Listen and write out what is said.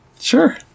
Sure